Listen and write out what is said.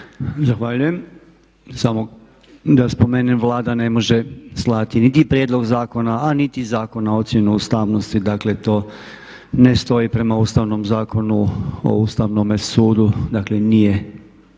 Zahvaljujem. Samo da spomenem Vlada ne može slati niti prijedlog zakona, a niti zakon na ocjenu ustavnosti. Dakle, to ne stoji prema Ustavnom zakonu o Ustavnome sudu. Dakle, nije